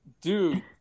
Dude